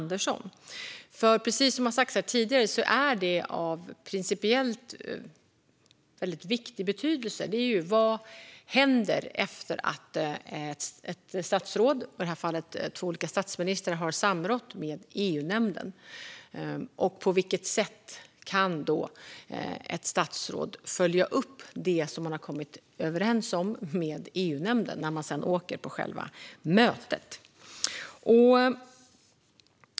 Gransknings-betänkandeRegeringens förhållande till riksdagen Precis som har sagts här tidigare är det av principiellt väldigt stor betydelse vad som händer efter att ett statsråd, i det här fallet två olika statsministrar, har samrått med EU-nämnden och på vilket ett sätt ett statsråd kan följa upp det man har kommit överens om med EU-nämnden när man sedan åker på själva mötet.